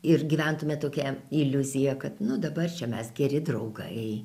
ir gyventume tokia iliuzija kad nu dabar čia mes geri draugai